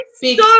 big